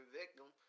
victim